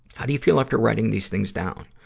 how do you feel after writing these things down?